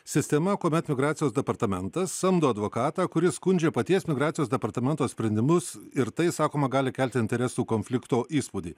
sistema kuomet migracijos departamentas samdo advokatą kuris skundžia paties migracijos departamento sprendimus ir tai sakoma gali kelti interesų konflikto įspūdį